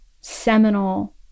seminal